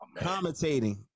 commentating